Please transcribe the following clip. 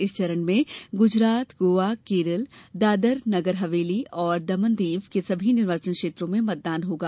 इस चरण में गुजरात गोवा केरल दादर और नगर हवेली तथा दमन और दीव के सभी निर्वाचन क्षेत्रों में मतदान होगा